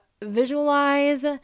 visualize